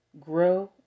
Grow